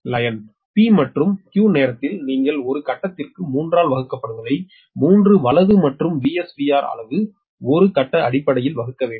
P மற்றும் Q நேரத்தில் நீங்கள் ஒரு கட்டத்திற்கு 3 ஆல் வகுக்கப்படுவதை 3 வலது மற்றும் VSVR அளவு ஒரு கட்ட அடிப்படையில் வகுக்க வேண்டும்